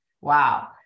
Wow